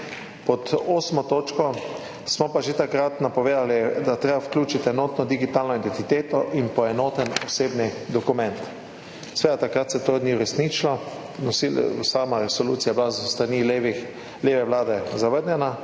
Pod 8. točko smo pa že takrat napovedali, da je treba vključiti enotno digitalno identiteto in poenoten osebni dokument. Seveda se takrat to ni uresničilo, sama resolucija je bila s strani leve vlade zavrnjena.